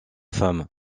femme